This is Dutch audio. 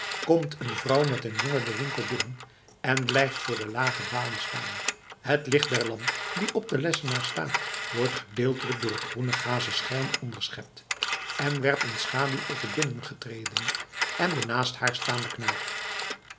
komt een vrouw met een jongen den winkel binnen en blijft voor de lage balie staan het licht der lamp die op den lessenaar staat wordt gedeeltelijk door het groene gazen scherm onderschept en werpt een schaduw op de binnengetredene en den naast haar staanden knaap